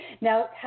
Now